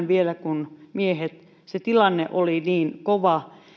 vielä enemmän kuin miehet se tilanne oli niin kova